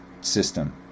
system